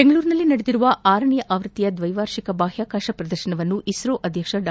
ಬೆಂಗಳೂರಿನಲ್ಲಿ ನಡೆದಿರುವ ಆರನೇ ಆವೃತ್ತಿಯ ದ್ವೈವಾರ್ಷಿಕ ಬಾಹ್ಯಾಕಾಶ ಪ್ರದರ್ಶನವನ್ನು ಇಸ್ರೋ ಅಧ್ಯಕ್ಷ ಡಾ